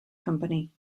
company